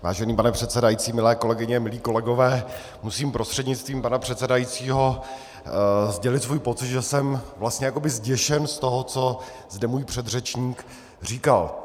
Vážený pane předsedající, milé kolegyně, milí kolegové, musím prostřednictvím pana předsedajícího sdělit svůj pocit, že jsem vlastně jakoby zděšen z toho, co zde můj předřečník říkal.